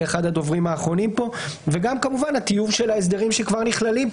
וגם הטיוב של ההסדרים שנכללים פה,